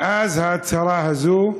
מאז ההצהרה הזאת,